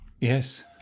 Yes